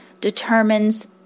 determines